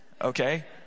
Okay